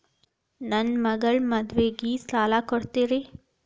ನನ್ನ ಮಗಳ ಮದುವಿಗೆ ಸಾಲ ಕೊಡ್ತೇರಿ?